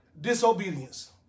disobedience